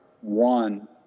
one